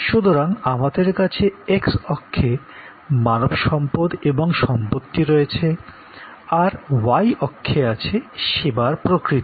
সুতরাং আমাদের কাছে X অক্ষে মানব সম্পদ এবং সম্পত্তি রয়েছে আর Y অক্ষে আছে সেবার প্রকৃতি